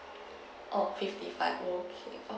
oh fifty five okay err